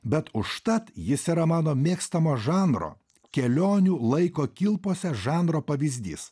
bet užtat jis yra mano mėgstamo žanro kelionių laiko kilpose žanro pavyzdys